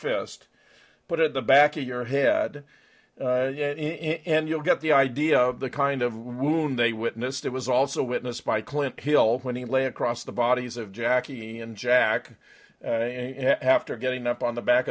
fist but at the back of your head in and you'll get the idea of the kind of wound they witnessed it was also witnessed by clint hill when he lay across the bodies of jackie and jack after getting up on the back